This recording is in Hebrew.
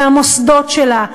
מהמוסדות שלה,